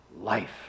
life